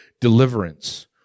Deliverance